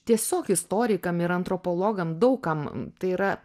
tiesiog istorikam ir antropologam daug kam tai yra